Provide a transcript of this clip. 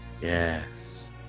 Yes